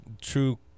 true